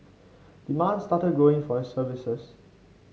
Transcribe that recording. demand started growing for his services